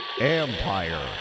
Empire